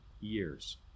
years